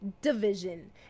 division